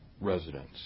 residents